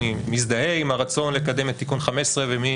אני מזדהה עם הרצון לקדם את תיקון 15 ומי